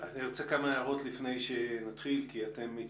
אני רוצה להעיר כמה הערות לפני שנתחיל כי